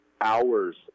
hours